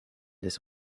this